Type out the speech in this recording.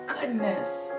goodness